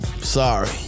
Sorry